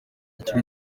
ikibi